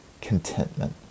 contentment